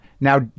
Now